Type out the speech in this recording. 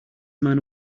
man